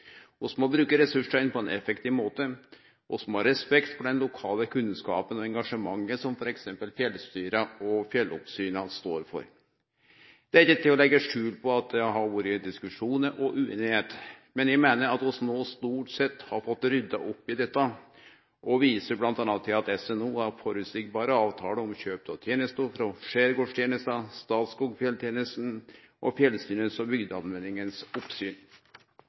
Vi må bruke ressursane på ein effektiv måte og ha respekt for den lokale kunnskapen og det engasjementet som f.eks. fjellstyra og fjelloppsyna står for. Det er ikkje til å leggje skjul på at det har vore diskusjonar og usemje, men eg meiner at vi no stort sett har fått rydda opp i dette, og viser bl.a. til at SNO har føreseielege avtaler om kjøp av tenester frå Skjærgårdstjenesten, Statskog Fjelltjenesten og oppsyna til fjellstyra og